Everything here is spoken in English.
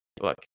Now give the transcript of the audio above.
look